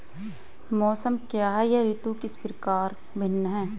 मौसम क्या है यह ऋतु से किस प्रकार भिन्न है?